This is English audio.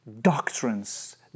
doctrines